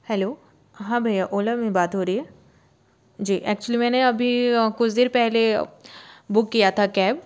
hello हाँ भैया ओला में बात हो रही है जी एकच्वली मैंने अभी कुछ देर पहले बुक किया था कैब